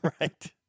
Right